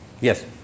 Yes